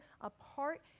apart